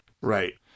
Right